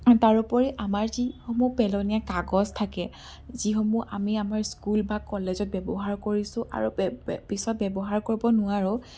তাৰোপৰি আমাৰ যিসমূহ পেলনীয়া কাগজ থাকে যিসমূহ আমি আমাৰ স্কুল বা কলেজত ব্যৱহাৰ কৰিছোঁ আৰু পিছত ব্যৱহাৰ কৰিব নোৱাৰোঁ